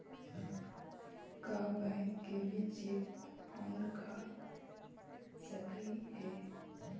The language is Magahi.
का बैंक भी चेक फ्रॉड कर सकलई हे?